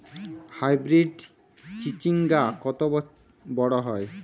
Hybrid চিচিংঙ্গা কত বড় হয়?